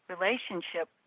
relationship